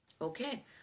Okay